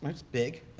it's big,